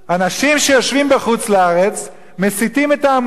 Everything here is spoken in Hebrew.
אנשים שיושבים בחוץ-לארץ מסיתים את ההמונים.